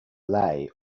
ley